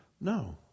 No